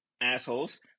assholes